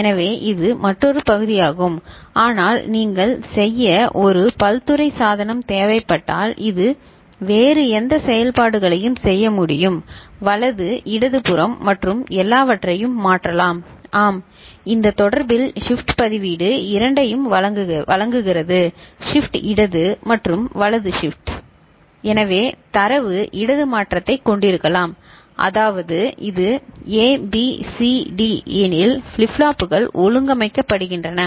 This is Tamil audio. எனவே இது மற்றொரு பகுதியாகும் ஆனால் நீங்கள் செய்ய ஒரு பல்துறை சாதனம் தேவைப்பட்டால் இது வேறு எந்த செயல்பாடுகளையும் செய்ய முடியும் வலது இடதுபுறம் மற்றும் எல்லாவற்றையும் மாற்றலாம் ஆம் இந்த தொடர்பில் ஷிப்ட் பதிவேடு இரண்டையும் வழங்குகிறது ஷிப்ட் இடது மற்றும் வலது ஷிப்ட் சரி எனவே தரவு இடது மாற்றத்தைக் கொண்டிருக்கலாம் அதாவது இது ஏ பி சி டி எனில் ஃபிளிப் ஃப்ளாப்புகள் ஒழுங்கமைக்கப்படுகின்றன